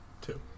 Two